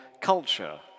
culture